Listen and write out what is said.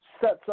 sets